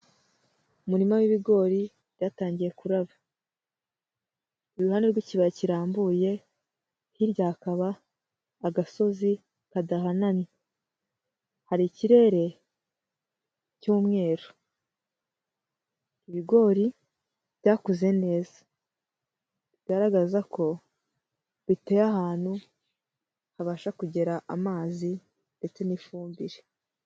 Umurima w'ibigori byatangiye kuraba, iruhande rw'ikibaya kirambuye, hirya hakaba agasozi kadahanamye. Hari ikirere cy'umweru, ibigori byakuze neza bigaragaza ko biteye ahantu habasha kugera amazi ndetse n'ifumbire.